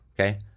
Okay